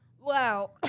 wow